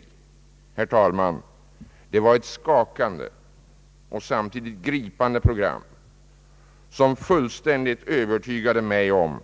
Det var, herr talman, ett skakande och samti Ang. förbud mot professionell boxning digt gripande program, som fullständigt övertygade mig om